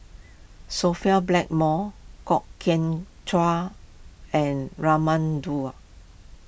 Sophia Blackmore Kwok Kian Chow and Raman Daud